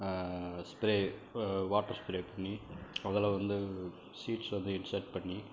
spray water spray பண்ணி அதில் வந்து சீட்ஸ் வந்து இன்செர்ட் பண்ணி